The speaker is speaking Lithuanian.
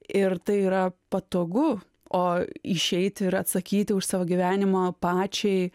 ir tai yra patogu o išeiti ir atsakyti už savo gyvenimą pačiai